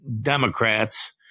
Democrats